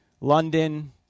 London